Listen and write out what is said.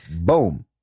boom